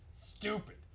Stupid